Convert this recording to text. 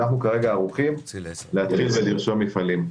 אנחנו כרגע ערוכים להתחיל לרשום מפעלים.